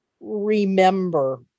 remember